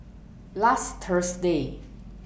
last Thursday